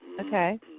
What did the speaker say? Okay